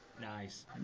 Nice